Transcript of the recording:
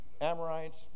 Amorites